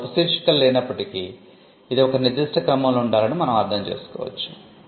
ఇక్కడ ఉపశీర్షికలు లేనప్పటికీ ఇది ఒక నిర్దిష్ట క్రమంలో ఉండాలని మనం అర్థం చేసుకోవచ్చు